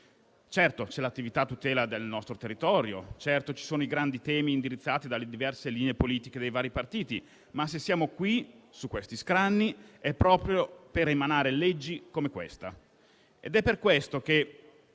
Certo, c'è l'attività a tutela del nostro territorio; certo, ci sono i grandi temi indirizzati dalle diverse linee politiche dei vari partiti ma, se siamo qui su questi scranni, è proprio per emanare leggi come questa, ed è per questo che,